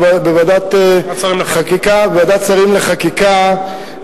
בוועדת השרים לחקיקה,